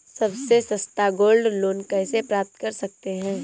सबसे सस्ता gold loan कैसे प्राप्त कर सकते हैं?